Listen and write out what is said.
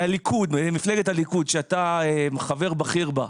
מפלגת הליכוד, שאתה חבר בכיר בה,